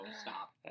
stop